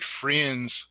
friends